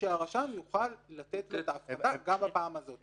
שהרשם יוכל לתת את ההפחתה גם בפעם הזאת.